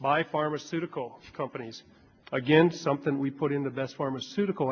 by pharmaceutical companies again something we put in the best pharmaceutical